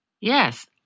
Yes